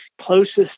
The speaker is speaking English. closest